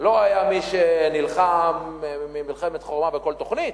לא היה מי שנלחם מלחמת חורמה בכל תוכנית,